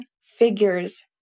figures